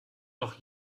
noch